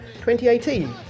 2018